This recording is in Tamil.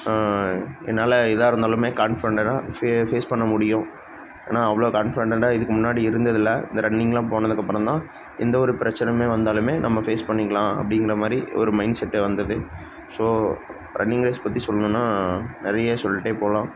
என்னால் எதாக இருந்தாலுமே கான்ஃபிடெண்ட்டடாக ஃபே ஃபேஸ் பண்ண முடியும் ஏன்னால் அவ்வளோ கான்ஃபிடெண்ட்டடாக இதுக்கு முன்னாடி இருந்ததில்லை இந்த ரன்னிங்கெல்லாம் போனதுக்கப்புறம் தான் எந்த ஒரு பிரச்சினையுமே வந்தாலுமே நம்ம ஃபேஸ் பண்ணிக்கலாம் அப்படிங்கிற மாதிரி ஒரு மைண்ட் செட்டே வந்தது ஸோ ரன்னிங் ரேஸ் பற்றி சொல்லணுன்னா நிறைய சொல்லிட்டே போகலாம்